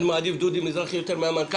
אני מעדיף את דודי מזרחי יותר מהמנכ"ל,